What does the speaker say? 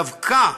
דווקא,